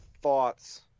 thoughts